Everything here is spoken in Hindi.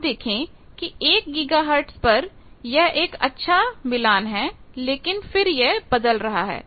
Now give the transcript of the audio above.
आप देखें कि एक गीगाहर्ट पर यह एक अच्छा मिला है लेकिन फिर यह बदल रहा है